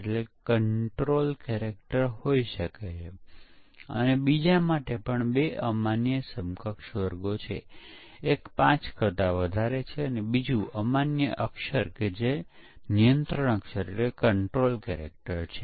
એટલેકે એક તબક્કાનું આઉટપુટ એ પછીના તબક્કાના ઉત્પાદનને અનુરૂપ છે કે નથી આપણે ચકાસીએ છીએ કે ઉત્પાદન તેના પાછલા તબક્કાને અનુરૂપ છે કે કેમ પણ તેની ચકાસણી કેવી રીતે કરી શકાય છે